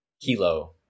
kilo